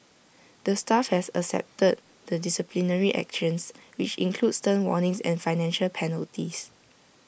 the staff have accepted the disciplinary actions which include stern warnings and financial penalties